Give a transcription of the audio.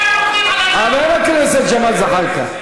אתה, חבר הכנסת ג'מאל זחאלקה.